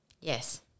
Yes